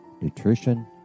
nutrition